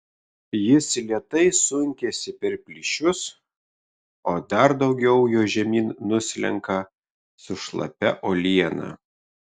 jis lėtai sunkiasi per plyšius o dar daugiau jo žemyn nuslenka su šlapia uoliena